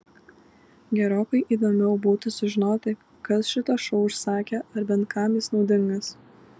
gerokai įdomiau būtų sužinoti kas šitą šou užsakė ar bent kam jis naudingas